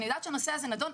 אני יודעת שהנושא הזה נדון,